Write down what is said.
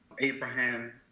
Abraham